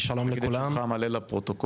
תגיד את שמך המלא לפרוטוקול.